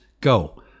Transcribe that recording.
Go